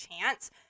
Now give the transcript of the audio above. chance